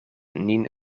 nin